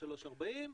3.40,